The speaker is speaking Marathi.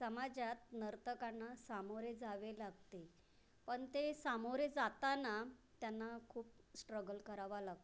समाजात नर्तकांना सामोरे जावे लागते पण ते सामोरे जाताना त्यांना खूप स्ट्रगल करावा लागतो